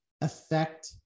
affect